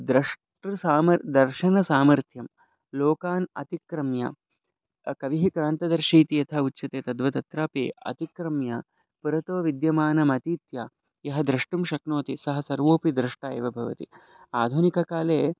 द्रष्टा समरदर्शनं सामर्थ्यं लोकान् अतिक्रम्य कविः क्रान्तदर्शी इति यथा उच्यते तद्वद् तत्रापि अतिक्रम्य पुरतः विद्यमानम् अतीत्य यः द्रष्टुं शक्नोति सः सर्वोऽपि द्रष्टा एव भवति आधुनिककाले